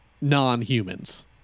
non-humans